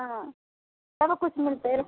हँ सभ किछु मिलतै